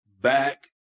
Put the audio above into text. back